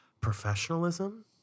professionalism